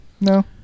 No